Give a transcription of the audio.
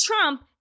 Trump